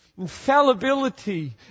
infallibility